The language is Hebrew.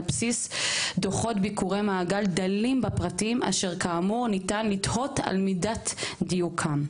בסיס דוחות ביקורי מעגל דלים בפרטים אשר כאמור ניתן לתהות על מידת דיוקם,